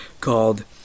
called